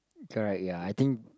correct ya I think